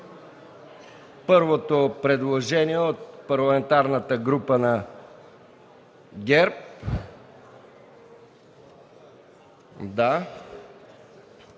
Първото предложение е от Парламентарната група на ГЕРБ.